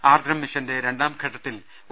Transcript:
ആർദ്രം മിഷന്റെ രണ്ടാംഘട്ടത്തിൽ ഒ